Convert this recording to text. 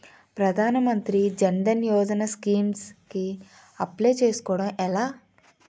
ప్రధాన మంత్రి జన్ ధన్ యోజన స్కీమ్స్ కి అప్లయ్ చేసుకోవడం ఎలా?